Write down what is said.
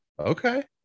Okay